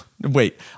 Wait